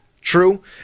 true